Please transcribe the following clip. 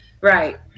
right